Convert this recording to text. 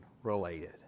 Related